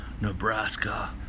Nebraska